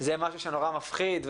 זה משהו שנורא מפחיד,